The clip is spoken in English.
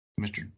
Mr